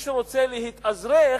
מי שרוצה להתאזרח,